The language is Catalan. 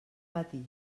patir